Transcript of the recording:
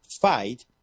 fight